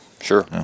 Sure